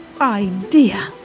idea